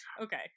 okay